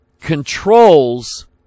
controls